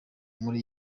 muri